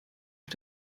auf